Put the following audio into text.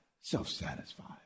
Self-satisfied